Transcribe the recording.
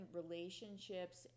relationships